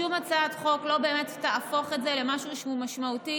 שום הצעת חוק לא באמת תהפוך את זה למשהו משמעותי